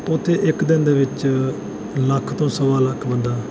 ਉੱਥੇ ਇੱਕ ਦਿਨ ਦੇ ਵਿੱਚ ਲੱਖ ਤੋਂ ਸਵਾ ਲੱਖ ਬੰਦਾ